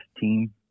team